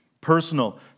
Personal